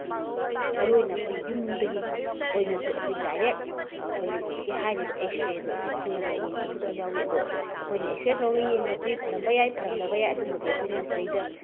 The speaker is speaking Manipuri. ꯃꯔꯨ ꯑꯣꯏꯅ ꯑꯩꯈꯣꯏ ꯌꯨꯝꯗꯒꯤ ꯑꯣꯏꯅꯁꯨ ꯑꯩꯈꯣꯏ ꯗꯥꯏꯔꯦꯛ ꯑꯩꯈꯣꯏꯒꯤ ꯍꯧꯖꯤꯛꯀꯤ ꯍꯥꯏꯔꯤꯕ ꯑꯦꯛꯁ꯭ꯔꯦꯗꯣ ꯑꯗꯨ ꯈꯜꯂꯒ ꯌꯦꯡꯕꯁꯨ ꯑꯗꯨꯝ ꯌꯥꯎꯏ ꯑꯗꯣ ꯑꯩꯈꯣꯏꯅ ꯑꯦꯛꯁ꯭ꯔꯦ ꯇꯧꯔꯒ ꯌꯦꯡꯕꯁꯤ ꯐꯔꯝꯕ ꯌꯥꯏ ꯐꯔꯝꯗꯕ ꯌꯥꯏ ꯑꯗꯨꯃꯗꯤ ꯑꯩꯈꯣꯏꯅ ꯁꯤꯗꯩꯗ